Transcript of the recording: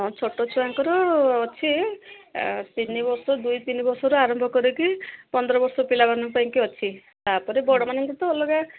ହଁ ଛୋଟ ଛୁଆଙ୍କର ଅଛି ତିନି ବର୍ଷ ଦୁଇ ତିନି ବର୍ଷରୁ ଆରମ୍ଭ କରିକି ପନ୍ଦର ବର୍ଷ ପିଲାମାନଙ୍କ ପାଇଁକି ଅଛି ତା'ପରେ ବଡ଼ମାନଙ୍କ ତ ଅଲଗା